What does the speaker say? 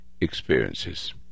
experiences